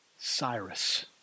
Cyrus